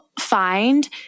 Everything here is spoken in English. find